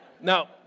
Now